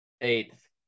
Eighth